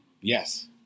Yes